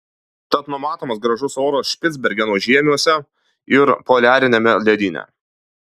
tad numatomas gražus oras špicbergeno žiemiuose ir poliariniame ledyne